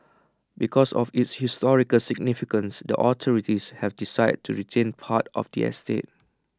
because of its historical significance the authorities have decided to retain parts of the estate